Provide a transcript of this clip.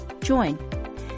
join